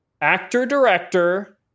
actor-director